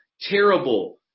Terrible